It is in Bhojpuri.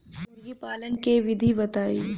मुर्गीपालन के विधी बताई?